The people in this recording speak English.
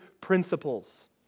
principles